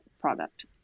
product